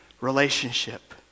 relationship